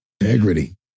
Integrity